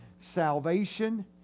Salvation